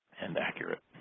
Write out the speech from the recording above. and accurate.